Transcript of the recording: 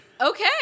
Okay